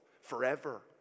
forever